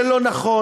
זה לא נכון,